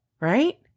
Right